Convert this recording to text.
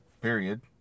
period